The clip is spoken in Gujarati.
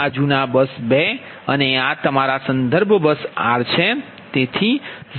આ જૂના બસ 2 અને આ તમારા સંદર્ભ બસ r છે